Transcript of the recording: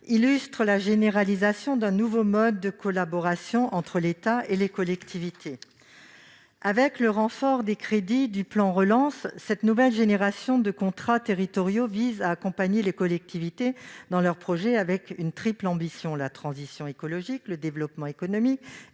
illustre la généralisation d'un nouveau mode de collaboration entre l'État et les collectivités territoriales. Avec le renfort des crédits du plan de relance, cette nouvelle génération de contrats territoriaux vise à accompagner les collectivités dans leurs projets, avec une triple ambition : la transition écologique, le développement économique